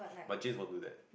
but James won't do that